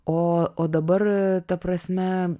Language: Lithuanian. o o dabar ta prasme